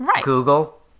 Google